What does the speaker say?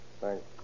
Thanks